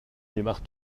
démarre